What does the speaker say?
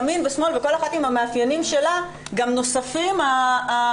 ימין ושמאל וכל אחת עם המאפיינים שלה נוספים המאפיינים,